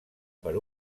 per